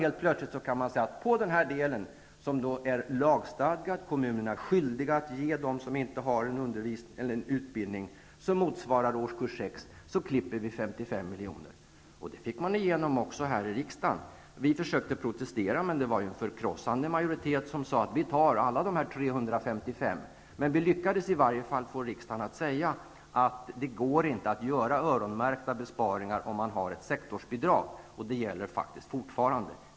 Helt plötsligt skulle man spara på den del där kommunerna har en lagstadgad skyldighet att ge undervisning till dem som inte har utbildning som motsvarar årskurs 6 och klippa bort 55 milj.kr. Det fick regeringen också igenom här i riksdagen. Vi försökte protestera, men det var en förkrossande majoritet som ville ta en besparing på 355 milj.kr. Vi lyckades i varje fall få riksdagen att uttala att det med ett sektorsbidrag inte går att göra öronmärkta besparingar, och det gäller faktiskt fortfarande.